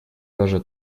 тоже